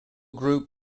group